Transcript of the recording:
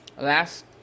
last